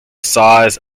size